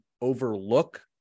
overlook